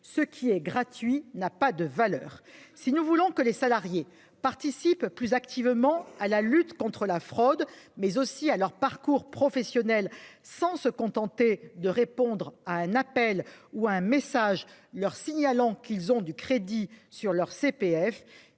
ce qui est gratuit n'a pas de valeur. Si nous voulons que les salariés participent plus activement à la lutte contre la fraude mais aussi à leur parcours professionnel, sans se contenter de répondre à un appel ou un message leur signalant qu'ils ont du crédit sur leur CPF.